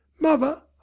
Mother